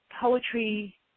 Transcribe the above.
Poetry